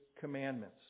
commandments